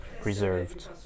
preserved